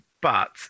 But-